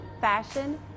fashion